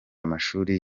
amashuri